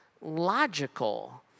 logical